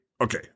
Okay